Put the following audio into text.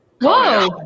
Whoa